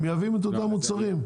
את אותם מוצרים.